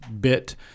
bit